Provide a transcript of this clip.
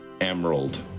emerald